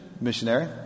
missionary